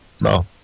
No